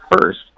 first